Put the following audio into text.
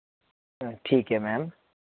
ਠੀਕ ਹੈ ਮੈਮ